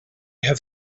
have